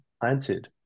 planted